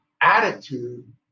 attitude